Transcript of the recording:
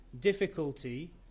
difficulty